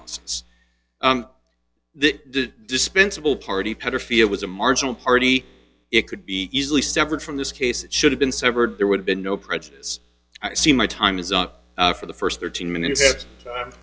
that dispensable party pedophilia was a marginal party it could be easily severed from this case it should have been severed there would have been no prejudice i see my time is up for the first thirteen minutes